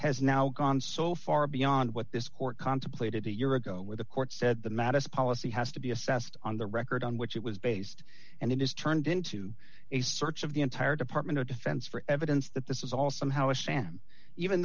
has now gone so far beyond what this court contemplated a year ago where the court said the maddest policy has to be assessed on the record on which it was based and it is turned into a search of the entire department of defense for evidence that this is all somehow a sham even